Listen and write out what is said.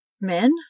men